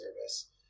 service